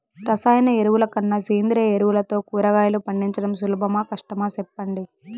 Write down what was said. రసాయన ఎరువుల కన్నా సేంద్రియ ఎరువులతో కూరగాయలు పండించడం సులభమా కష్టమా సెప్పండి